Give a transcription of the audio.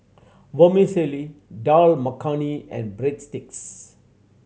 Vermicelli Dal Makhani and Breadsticks